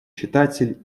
читатель